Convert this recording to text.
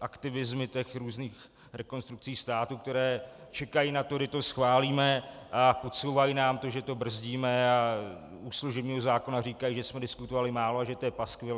aktivismy různých rekonstrukcí státu, které čekají na to, kdy to schválíme, a podsouvají nám to, že to brzdíme, a u služebního zákona říkají, že jsme diskutovali málo a že je to paskvil.